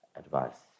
advice